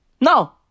no